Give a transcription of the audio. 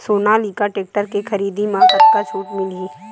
Sonalika tractor के खरीदी मा कतका छूट मीलही?